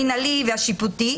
המינהלי והשיפוטי,